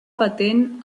patent